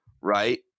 right